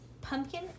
pumpkin